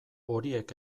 horiek